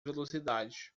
velocidade